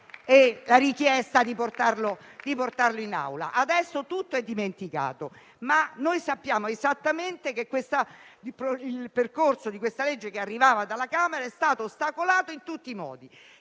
la decisione di portarlo in Aula. Adesso tutto è dimenticato, ma noi sappiamo esattamente che il percorso di questa legge, arrivata dalla Camera, è stato ostacolato in tutti i modi